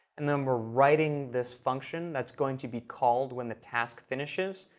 and then we're writing this function that's going to be called when the task finishes.